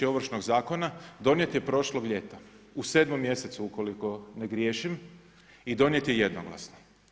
Ovršnog zakona donijet je prošlog ljeta u 7. mjesecu, ukoliko ne griješim i donijet je jednoglasno.